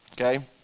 okay